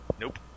nope